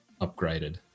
upgraded